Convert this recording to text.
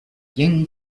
ying